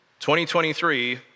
2023